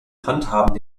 handhaben